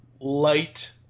light